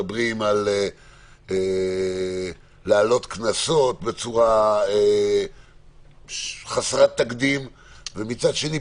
מדברים על העלאת קנסות בצורה חסרת תקדים ומצד שני,